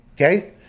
Okay